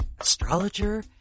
astrologer